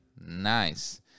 Nice